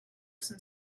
some